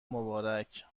مبارک